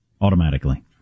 automatically